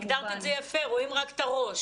הגדרת את יפה לגבי התלמידים, רואים רק את הראש.